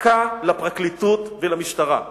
מכה לפרקליטות ולמשטרה.